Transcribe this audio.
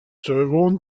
seconde